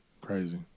crazy